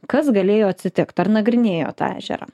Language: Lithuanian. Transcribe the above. kas galėjo atsitikt ar nagrinėjot tą ežerą